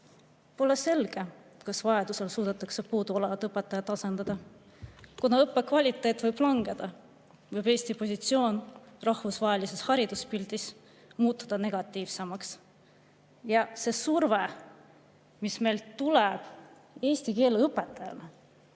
"Pole selge, kas vajadusel suudetakse puuduolevad õpetajad asendada ... Kuna õppe kvaliteet võib langeda, võib Eesti positsioon rahvusvahelises hariduspildis muutuda negatiivsemaks." See surve eesti keele õpetajale,